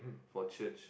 for church